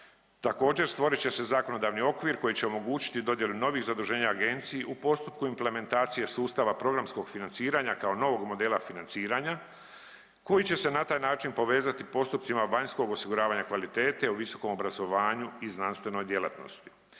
Također, stvorit će se zakonodavni okvir koji će omogućiti dodjelu novih zaduženja Agenciji u postupku implementacije sustava programskog financiranja kao novog modela financiranja koji će se na taj način povezati s postupcima vanjskog osiguravanja kvalitete u visokom obrazovanju i znanstvenoj djelatnosti.